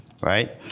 right